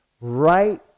Right